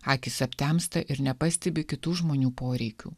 akys aptemsta ir nepastebi kitų žmonių poreikių